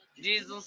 Jesus